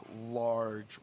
large